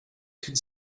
could